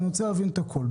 ואני רוצה להבין את הכול.